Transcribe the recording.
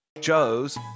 Joe's